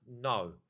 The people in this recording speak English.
No